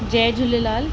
Jay Jhulelal